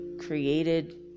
created